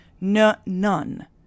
None